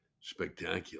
spectacular